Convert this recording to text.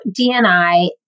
DNI